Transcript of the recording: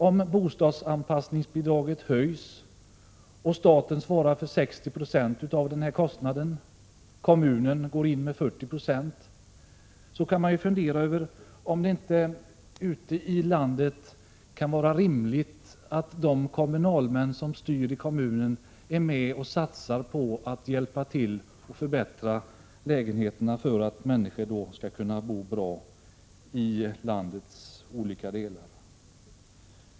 Om bostadsanpassningsbidraget höjs, och staten svarar för 60 96 av den kostnaden, och kommunen går in med 40 96, kan man ju fundera över om det inte kan vara rimligt att de kommunalmän som styr ute i kommunerna är med och hjälper till att förbättra lägenheterna för att människor skall kunna bo bra i landets olika delar.